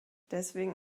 deswegen